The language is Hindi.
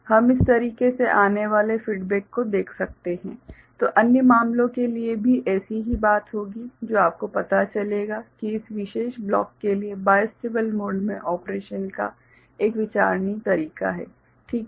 हम इस तरीके से आने वाले फीडबैक को देख सकते हैं तो अन्य मामलों के लिए भी ऐसी ही बात होगी जो आपको पता चलेगा कि इस विशेष ब्लॉक के लिए बाइस्टेबल मोड मे ऑपरेशन का एक विचारणीय तरीका है - ठीक है